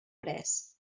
pres